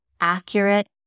accurate